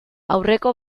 aurreko